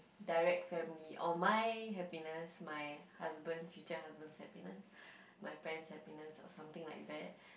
direct family or my happiness my husband's future husband's happiness my parents' happiness or something like that